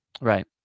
Right